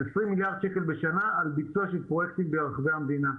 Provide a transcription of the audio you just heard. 20 מיליארד שקל בשנה על ביצוע של פרויקטים בכל רחבי המדינה.